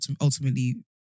ultimately